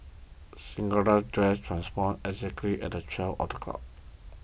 Cinderella's dress transformed exactly at the twelve o'clock